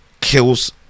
kills